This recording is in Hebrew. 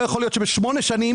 לא יכול להיות שבשמונה שנים